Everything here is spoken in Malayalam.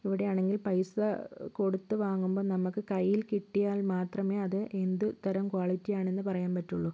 ഇവിടെയാണെങ്കിൽ പൈസ കൊടുത്തു വാങ്ങുമ്പം നമുക്ക് കയ്യിൽ കിട്ടിയാൽ മാത്രമേ അത് എന്ത് തരം ക്വളിറ്റി ആണെന്ന് പറയാൻ പറ്റുകയുള്ളൂ